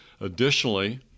Additionally